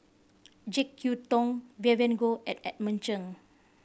Jek Yeun Thong Vivien Goh and Edmund Cheng